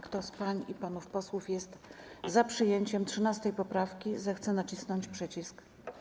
Kto z pań i panów posłów jest za przyjęciem 13. poprawki, zechce nacisnąć przycisk.